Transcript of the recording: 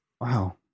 Wow